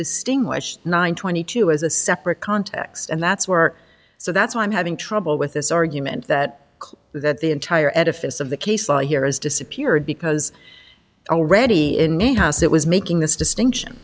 distinguish nine twenty two as a separate context and that's were so that's why i'm having trouble with this argument that that the entire edifice of the case law here has disappeared because already in the house it was making this distinction